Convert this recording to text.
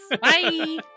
bye